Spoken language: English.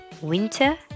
Winter